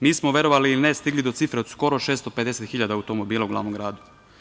Mi smo, verovali ili ne, stigli do cifre od skoro 650.000 automobila u glavnom gradu.